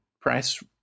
press